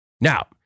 Now